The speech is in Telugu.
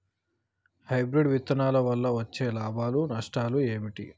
హైబ్రిడ్ విత్తనాల వల్ల వచ్చే లాభాలు నష్టాలు ఏమిటి?